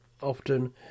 often